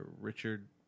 Richard